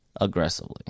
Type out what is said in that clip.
aggressively